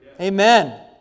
Amen